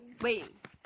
Wait